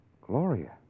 Gloria